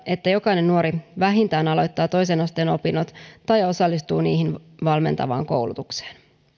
että jokainen nuori vähintään aloittaa toisen asteen opinnot tai osallistuu niihin valmentavaan koulutukseen